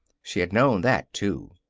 she had known that, too.